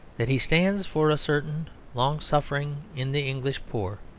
that he stands for a certain long-suffering in the english poor,